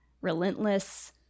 relentless